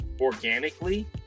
organically